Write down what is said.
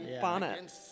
bonnet